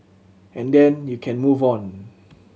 and then you can move on